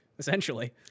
Essentially